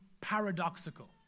paradoxical